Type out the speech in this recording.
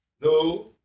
No